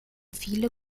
viele